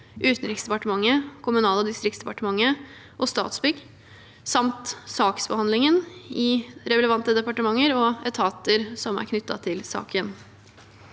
Utenriksdepartementet, Kommunal- og distriktsdepartementet og Statsbygg samt saksbehandlingen i relevante departementer og etater som er knyttet til saken.